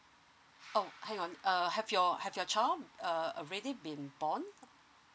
oh hang on err have your have your child uh already been born